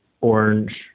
orange